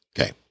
Okay